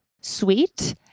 sweet